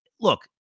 Look